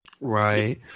Right